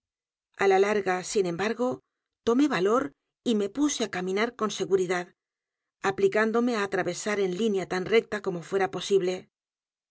a la larga sin embargo tomó valor y me puse á caminar con seguridad aplicándome á atravesar en línea tan recta como fuera posible